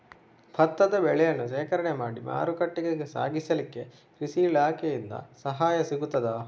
ಭತ್ತದ ಬೆಳೆಯನ್ನು ಶೇಖರಣೆ ಮಾಡಿ ಮಾರುಕಟ್ಟೆಗೆ ಸಾಗಿಸಲಿಕ್ಕೆ ಕೃಷಿ ಇಲಾಖೆಯಿಂದ ಸಹಾಯ ಸಿಗುತ್ತದಾ?